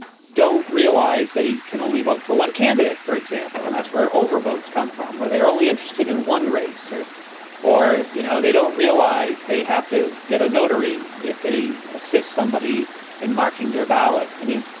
don't realize they can only vote for one candidate, for example. and that's where overvotes come from or they are only interested in one race or or, you know, they don't realize they have to get a notary if they assist somebody in marking their ballot. i mean,